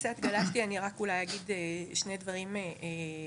קצת גלשתי, אני רק אולי אגיד שני דברים לסיום.